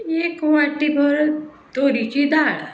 एक वाटी भर तोरिची दाळ